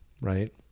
right